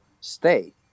stay